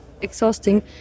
exhausting